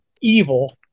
evil